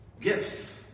gifts